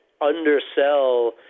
undersell